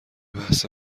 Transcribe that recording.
بحث